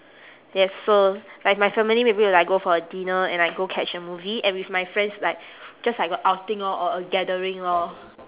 yes so like my family maybe we'll like go for a dinner and like go catch a movie and with my friends like just like a outing lor or a gathering lor